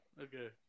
okay